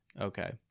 okay